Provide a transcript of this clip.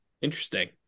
Interesting